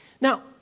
Now